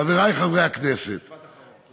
חברי חברי הכנסת, משפט אחרון.